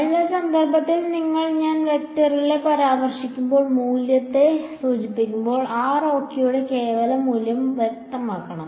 അതിനാൽ സന്ദർഭത്തിൽ നിന്ന് ഞാൻ വെക്ടറിനെ പരാമർശിക്കുമ്പോൾ മൂല്യത്തെ സൂചിപ്പിക്കുമ്പോൾ r ok യുടെ കേവല മൂല്യം വ്യക്തമാക്കണം